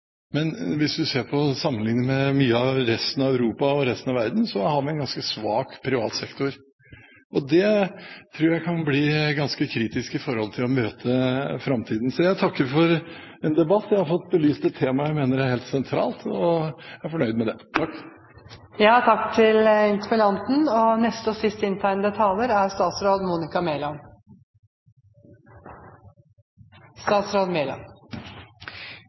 men hvis vi ser på og sammenligner med mye av resten av Europa og resten av verden, har vi en ganske svak privat sektor. Det tror jeg kan bli ganske kritisk med tanke på å møte framtiden. Jeg takker for debatten. Jeg har fått belyst et tema jeg mener er helt sentralt, og jeg er fornøyd med det. Takk for en god og viktig debatt. Privat eierskap er og skal være hovedregelen i norsk næringsliv. Så er